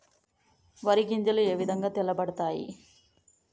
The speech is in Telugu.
వరి గింజలు ఏ విధంగా తెల్ల పడతాయి?